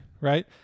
right